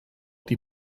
die